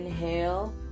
inhale